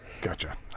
Gotcha